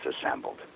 assembled